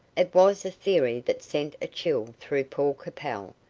it was a theory that sent a chill through paul capel,